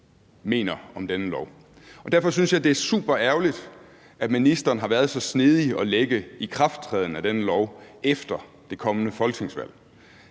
mener om dette lovforslag. Og derfor synes jeg, det er superærgerligt, at ministeren har været så snedig at lægge ikrafttrædelsen af denne lov efter det kommende folketingsvalg.